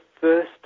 first